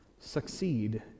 Succeed